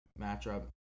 matchup